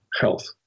health